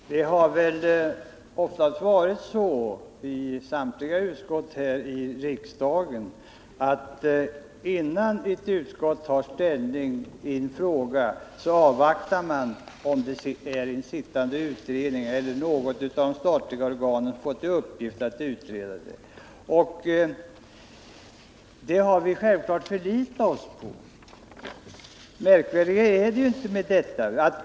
Herr talman! Det har väl oftast varit så att utskotten här i riksdagen har avvaktat en sittande utredning t.ex. i ett statligt organ, om en sådan funnits i ärendet, innan de har tagit ställning i skilda frågor. Vi har självfallet förlitat oss på att den ordningen skulle följas även i detta fall. Märkvärdigare än så är det inte.